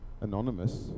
anonymous